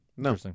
No